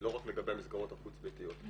לא רק לגבי המסגרות החוץ ביתיות.